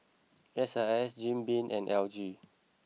S I S Jim Beam and L G